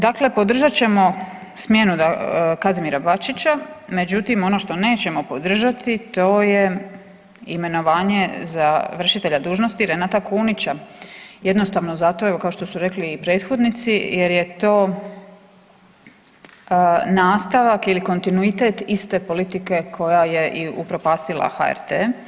Dakle, podržat ćemo smjenu Kazimira Bačića međutim ono što nećemo podržati, to je imenovanje za vršitelja dužnosti Renata Kunića, jednostavno zato evo kao što su rekli i prethodnici, jer je to nastavak ili kontinuitet iste politike koja i upropastila HRT.